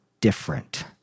different